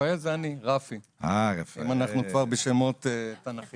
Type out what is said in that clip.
רפאל זה אני, רפי, אם אנחנו כבר בשמות תנכיים.